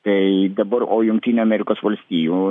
tai dabar o jungtinių amerikos valstijų